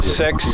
six